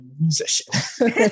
musician